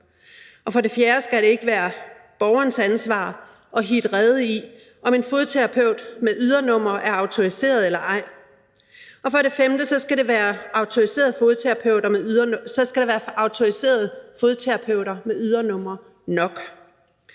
det ikke være borgerens ansvar at hitte rede i, om en fodterapeut med ydernummer er autoriseret eller ej. For det femte skal der være autoriserede fodterapeuter med ydernumre nok.